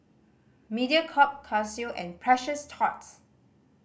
Mediacorp Casio and Precious Thots